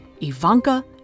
Ivanka